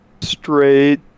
Straight